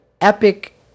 epic